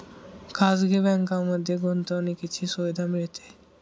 खाजगी बँकांमध्ये गुंतवणुकीची सुविधा मिळते